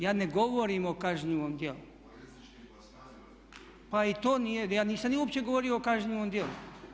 Ja ne govorim o kažnjivom djelu. … [[Upadica se ne razumije.]] Pa i to nije, ja nisam uopće govorio o kažnjivom djelu.